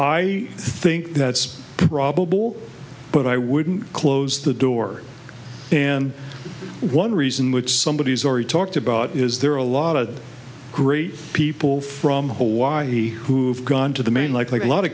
i think that's probable but i wouldn't close the door and one reason which somebody has already talked about is there are a lot of great people from hawaii who've gone to the main like like a lot of